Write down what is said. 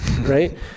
right